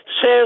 says